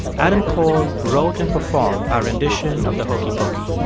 adam cole wrote and performed our rendition of the hokey pokey.